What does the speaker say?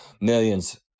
millions